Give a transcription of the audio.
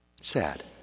Sad